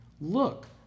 Look